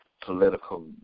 political